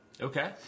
Okay